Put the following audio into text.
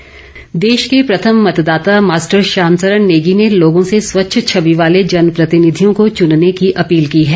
श्याम सरन नेगी देश के प्रथम मतदाता मास्टर श्याम सरन नेगी ने लोगों से स्वच्छ छवि वाले जनप्रतिनिधियों को चुनने की अपील की है